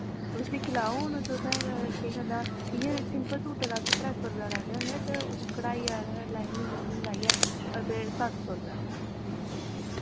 तुस दिक्खी लैओ हून तुसें केह् करना इ'यां सिंपल सूटे दा अस त्रै सौ रपेआ लैन्ने होन्ने ते कड़ाई आह्ला लाईनिंग लुईनिंग लाईयै ते सत्त सौ रपेआ